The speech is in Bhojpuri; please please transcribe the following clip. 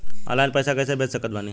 ऑनलाइन पैसा कैसे भेज सकत बानी?